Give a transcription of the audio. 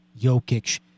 Jokic